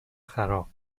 خراب